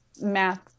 math